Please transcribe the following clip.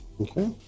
okay